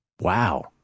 Wow